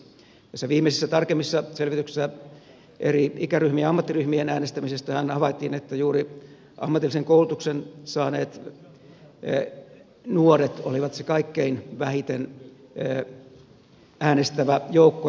näissä viimeisissä tarkemmissa selvityksissä eri ikäryhmien ja ammattiryhmien äänestämisestähän havaittiin että juuri ammatillisen koulutuksen saaneet nuoret olivat se kaikkein vähiten äänestävä joukko